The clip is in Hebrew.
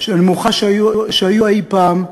שהיו אי-פעם.